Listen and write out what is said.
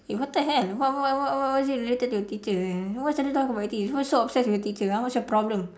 eh what the hell what what what what is it related to your teacher why suddenly talk about him why you so obsessed with your teacher ah what's your problem